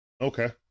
Okay